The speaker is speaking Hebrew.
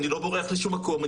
אני לא בורח לשום מקום,